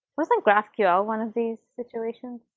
wasn't graphql one of these situations?